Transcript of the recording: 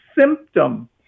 symptom